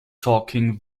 talking